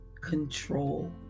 control